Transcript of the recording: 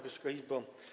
Wysoka Izbo!